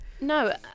no